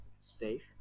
safe